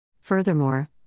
Furthermore